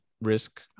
risk